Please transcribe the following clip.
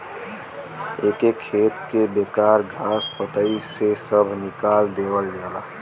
एके खेत के बेकार घास पतई से सभ निकाल देवल जाला